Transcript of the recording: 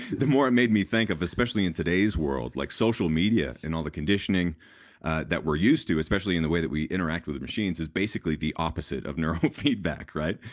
the more it made me think of especially in today's world like social media and all the conditioning that we're used to especially in the way that we interact with machines is basically the opposite of neurofeedback, right?